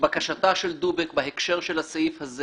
בקשתה של דובק בהקשר הסעיף הזה